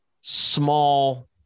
small